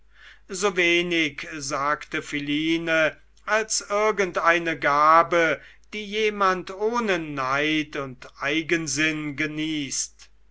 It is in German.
so wenig sagte philine als irgendeine gabe die jemand ohne neid und eigensinn genießt